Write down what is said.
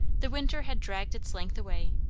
the winter had dragged its length away.